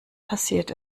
passiert